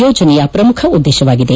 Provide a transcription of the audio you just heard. ಯೋಜನೆಯ ಪ್ರಮುಖ ಉದ್ದೇಶವಾಗಿದೆ